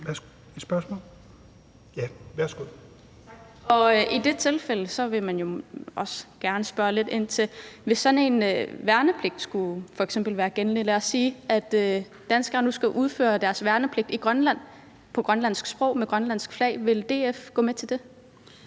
i det tilfælde vil man jo også gerne spørge lidt ind til situationen, hvis sådan en værnepligt skulle være gældende. Lad os sige, at danskere nu skal aftjene deres værnepligt i Grønland, på grønlandsk, under grønlandsk flag. Ville DF gå med til det?